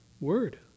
word